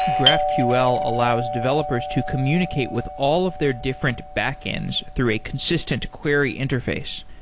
graphql allows developers to communicate with all of their different backends through a consistent query interface.